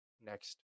next